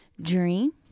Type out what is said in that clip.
dream